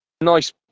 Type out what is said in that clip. nice